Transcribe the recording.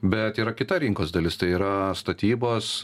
bet yra kita rinkos dalis tai yra statybos